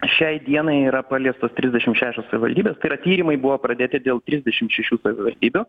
šiai dienai yra paliestos trisdešimt šešios savivaldybės tai yra tyrimai buvo pradėti dėl trisdešimt šešių savivaldybių